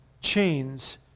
Chains